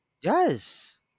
Yes